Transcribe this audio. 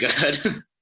good